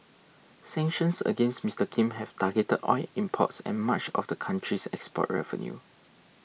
sanctions against Mister Kim have targeted oil imports and much of the country's export revenue